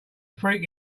freak